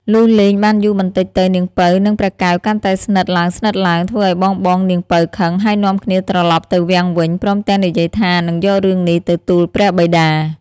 លុះលេងបានយូរបន្តិចទៅនាងពៅនិងព្រះកែវកាន់តែស្និទ្ទឡើងៗ ធ្វើឲ្យបងៗនាងពៅខឹងហើយនាំគ្នាត្រឡប់ទៅវាំងវិញ ព្រមទាំងនិយាយថានឹងយករឿងនេះទៅទូលព្រះបិតា។